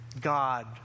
God